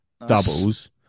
doubles